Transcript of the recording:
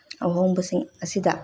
ꯑꯍꯣꯡꯕꯁꯤꯡ ꯑꯁꯤꯗ